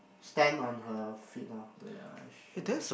stand on her feet lor wait ah I show you